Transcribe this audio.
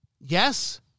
Yes